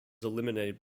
eliminated